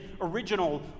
original